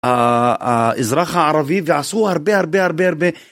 אזרח הערבי ועשו הרבה הרבה הרבה הרבה